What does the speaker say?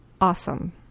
awesome